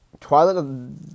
Twilight